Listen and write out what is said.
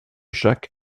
chaque